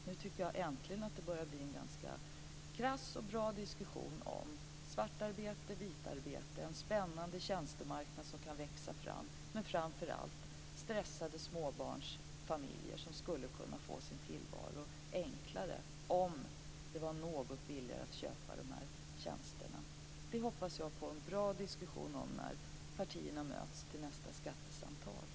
Nu tycker jag äntligen att det börjar bli en ganska krass och bra diskussion om svartarbete, vitarbete, en spännande tjänstemarknad som kan växa fram men framför allt om stressade småbarnsfamiljer som skulle kunna få sin tillvaro enklare om det var något billigare att köpa de här tjänsterna. Det hoppas jag på en bra diskussion om när partierna möts till nästa skattesamtal.